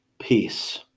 peace